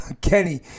Kenny